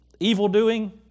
evildoing